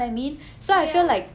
ya